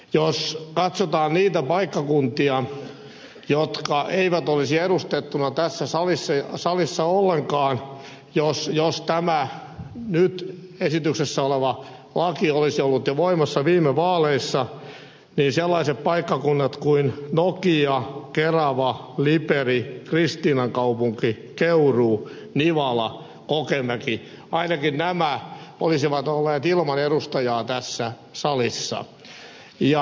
jos katsotaan niitä paikkakuntia jotka eivät olisi edustettuina tässä salissa ollenkaan jos tämä nyt esityksessä oleva laki olisi ollut jo voimassa viime vaaleissa niin ainakin sellaiset paikkakunnat kuin nokia kerava liperi kristiinankaupunki keuruu nivala kokemäki olisivat olleet ilman edustajaa tässä salissa